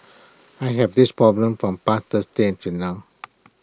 I have this problem from past Thursday until now